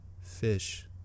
fish